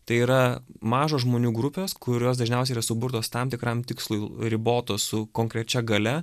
tai yra mažos žmonių grupės kurios dažniausiai yra suburtos tam tikram tikslui ribotos su konkrečia galia